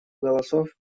голосов